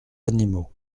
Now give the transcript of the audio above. animaux